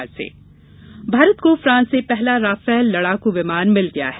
Rafale Bharat को France से पहला राफेल लड़ाकू विमान मिल गया है